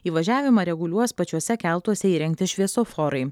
įvažiavimą reguliuos pačiuose keltuose įrengti šviesoforai